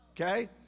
okay